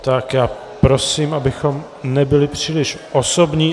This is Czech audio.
Tak já prosím, abychom nebyli příliš osobní.